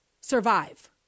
survive